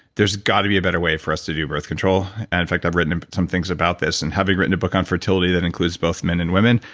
there's gotta be a better way for us to do birth control and in fact, i've written some things about this and having written a book on fertility that includes both men and women.